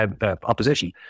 opposition